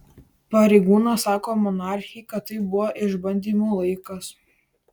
pareigūnas sako monarchei kad tai buvo išbandymų laikas